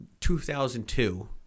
2002